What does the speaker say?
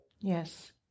Yes